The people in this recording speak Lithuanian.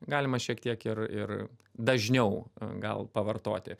galima šiek tiek ir ir dažniau gal pavartoti